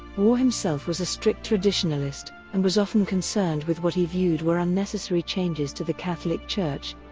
waugh himself was a strict traditionalist and was often concerned with what he viewed were unnecessary changes to the catholic church.